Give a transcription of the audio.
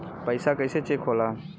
पैसा कइसे चेक होला?